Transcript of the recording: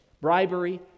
Bribery